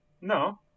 No